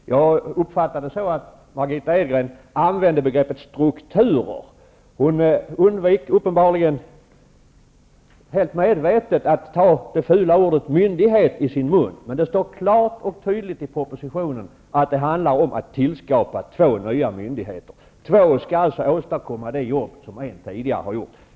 Margitta Edgren använde begreppet strukturer. Hon undvek uppenbarligen medvetet att ta det fula ordet ''myndighet'' i sin mun, men det står klart och tydligt uttryckt i propositionen att det handlar om att tillskapa två nya myndigheter. Två myndigheter skall alltså utföra det arbete som en myndighet tidigare har utfört.